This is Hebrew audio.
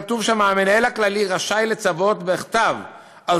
כתוב: המנהל הכללי רשאי לצוות בכתב על